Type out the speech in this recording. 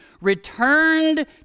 returned